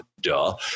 Duh